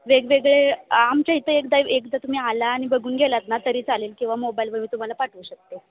वेगवेगळे आमच्या इथं एकदा एकदा तुम्ही आला आणि बघून गेलात ना तरी चालेल किंवा मोबाईलवर मी तुम्हाला पाठवू शकते